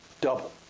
Double